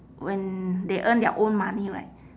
when they earn their own money right